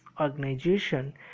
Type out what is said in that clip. organization